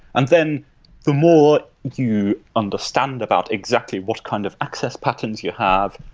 and then the more you understand about exactly what kind of access patterns you have,